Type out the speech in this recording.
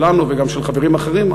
שלנו וגם של חברים אחרים,